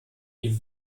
ihm